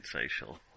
social